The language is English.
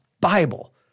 Bible